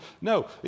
No